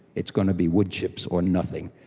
it's going to be woodchips or nothing.